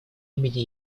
имени